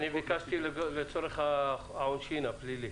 אני ביקשתי לצורך העונשין, הפלילי.